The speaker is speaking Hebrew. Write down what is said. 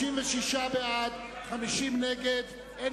36 בעד, 50 נגד, אין